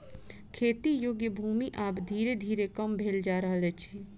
खेती योग्य भूमि आब धीरे धीरे कम भेल जा रहल अछि